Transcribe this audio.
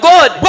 God